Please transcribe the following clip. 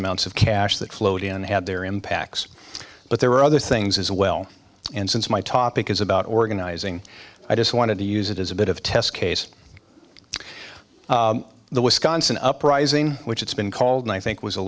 amounts of cash that flowed in had their impacts but there were other things as well and since my topic is about organizing i just wanted to use it as a bit of a test case the wisconsin uprising which it's been called one think was a